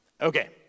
Okay